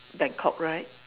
bangkok right